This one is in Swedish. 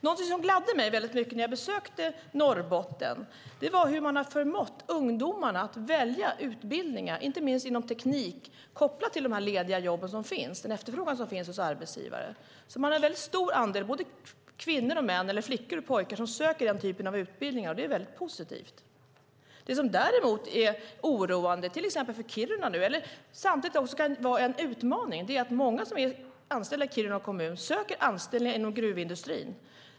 Någonting som gladde mig väldigt mycket när jag besökte Norrbotten var hur man har förmått ungdomarna att välja utbildningar, inte minst inom teknik, kopplat till de lediga jobb som finns och den efterfrågan som finns hos arbetsgivare. Man har en väldigt stor andel både flickor och pojkar som söker den typen av utbildningar, och det är väldigt positivt. Det som däremot är oroande, men samtidigt kan vara en utmaning, är att många som är anställda i Kiruna kommun söker anställningar inom gruvindustrin.